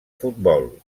futbol